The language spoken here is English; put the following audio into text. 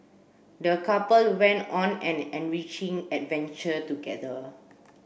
the couple went on an enriching adventure together